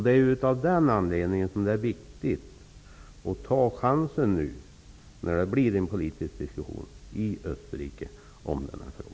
Det är av den anledningen som det är viktigt att ta chansen nu, när det blir en politisk diskussion om den här frågan i Österrike.